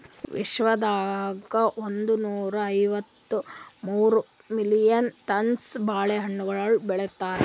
ವಿಶ್ವದಾಗ್ ಒಂದನೂರಾ ಐವತ್ತ ಮೂರು ಮಿಲಿಯನ್ ಟನ್ಸ್ ಬಾಳೆ ಹಣ್ಣುಗೊಳ್ ಬೆಳಿತಾರ್